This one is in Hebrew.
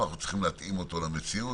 ואנחנו צריכים להתאים אותו למציאות,